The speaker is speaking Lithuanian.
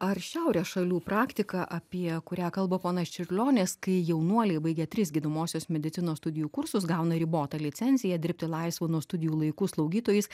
ar šiaurės šalių praktika apie kurią kalba ponas čiurlionis kai jaunuoliai baigę tris gydomosios medicinos studijų kursus gauna ribotą licenciją dirbti laisvu nuo studijų laiku slaugytojais